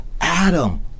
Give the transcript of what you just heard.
Adam